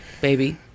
baby